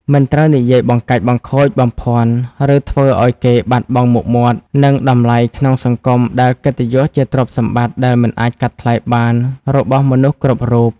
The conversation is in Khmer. មិនត្រូវនិយាយបង្កាច់បង្ខូច បំភ័ន្ត ឬធ្វើឲ្យគេបាត់បង់មុខមាត់ និងតម្លៃក្នុងសង្គមដែលកិត្តិយសជាទ្រព្យសម្បត្តិដែលមិនអាចកាត់ថ្លៃបានរបស់មនុស្សគ្រប់រូប។។